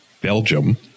Belgium